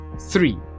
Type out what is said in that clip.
Three